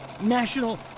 National